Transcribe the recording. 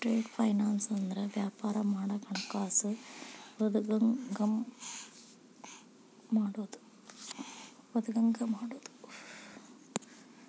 trade finance ಅಂದ್ರ ವ್ಯಾಪಾರ ಮಾಡಾಕ ಹಣಕಾಸ ಒದಗಂಗ ಮಾಡುದು